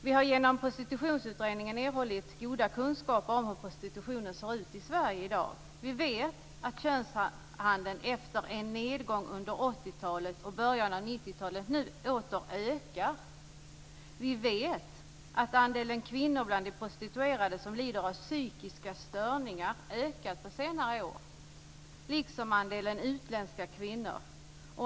Vi har genom Prostitutionsutredningen erhållit goda kunskaper om hur prostitutionen ser ut i Sverige i dag. Vi vet att könshandeln efter en nedgång under 80-talet och i början av 90-talet återigen ökar. Vi vet också att andelen kvinnor bland prostituerade som lider av psykiska störningar ökat under senare år, liksom andelen utländska kvinnor.